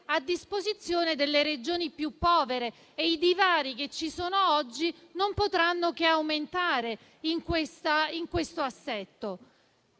a disposizione delle Regioni più povere e che i divari che ci sono oggi non potranno che aumentare in questo assetto.